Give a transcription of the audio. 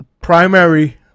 primary